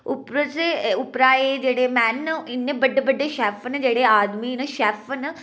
उप्पर ते उप्परा एह् जेह्ड़े मैन न इ'न्ने बड्डे बड्डे शेफ न जेह्ड़े आदमी न शेफ न